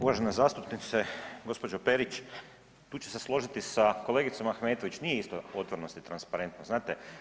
Uvažena zastupnice, gospođo Perić tu ću se složiti sa kolegicom Ahmetović nije isto otvorenost i transparentnost, znate.